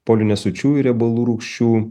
polinesočiųjų riebalų rūgščių